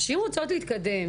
נשים רוצות להתקדם,